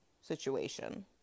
situation